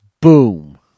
Boom